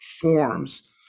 forms